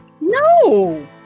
No